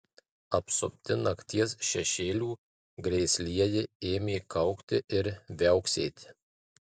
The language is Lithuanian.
apsupti nakties šešėlių grėslieji ėmė kaukti ir viauksėti